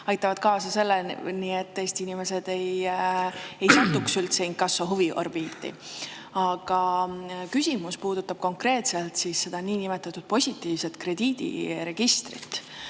aitab kaasa sellele, et Eesti inimesed üldse ei satuks inkasso huviorbiiti. Aga küsimus puudutab konkreetselt niinimetatud positiivset krediidiregistrit.